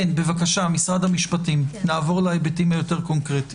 משרד המשפטים נעבור להיבטים היותר קונקרטיים.